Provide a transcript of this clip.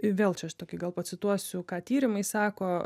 vėl aš čia tokį gal pacituosiu ką tyrimai sako